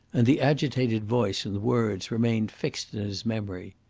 and the agitated voice and words remained fixed in his memory.